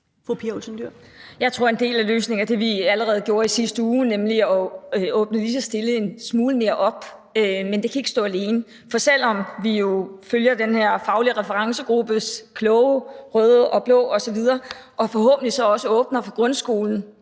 Pia Olsen Dyhr (SF): Jeg tror, at en del af løsningen er det, vi allerede gjorde i sidste uge, nemlig lige så stille at åbne en smule mere op, men det kan ikke stå alene. Vi følger selvfølgelig den her faglige referencegruppes kloge anvisninger, røde og blå osv., og forhåbentlig åbner vi for grundskolen